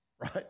right